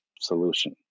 solution